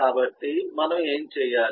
కాబట్టి మనం ఏమి చేయాలి